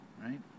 right